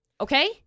okay